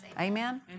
Amen